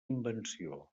invenció